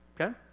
Okay